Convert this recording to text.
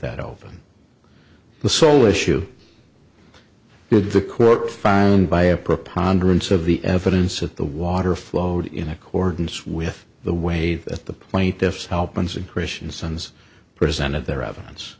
that open the sole issue with the quote fine by a preponderance of the evidence at the water flowed in accordance with the way that the plaintiffs help once a christiansen's presented their evidence